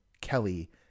Kelly